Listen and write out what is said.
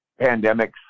pandemics